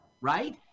right